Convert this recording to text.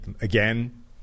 again